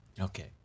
Okay